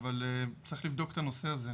אבל צריך לבדוק את הנושא הזה.